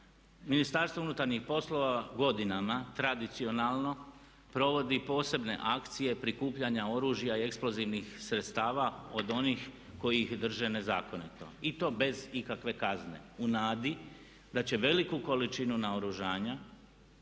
Ministarstvo unutarnjih poslova godinama tradicionalno provodi posebne akcije prikupljanja oružja i eksplozivnih sredstava od onih koji ih drže nezakonito i to bez ikakve kazne u nadi da će veliku količinu naoružanja,